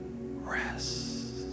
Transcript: rest